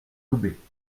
loubet